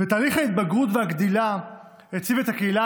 ותהליך ההתבגרות והגדילה הציב את הקהילה